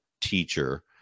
teacher